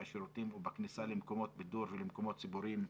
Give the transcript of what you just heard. בשירותים ובכניסה למקומות בידור ולמקומות ציבוריים,